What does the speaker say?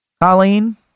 Colleen